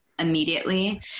immediately